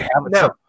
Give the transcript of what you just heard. No